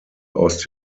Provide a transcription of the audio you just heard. aus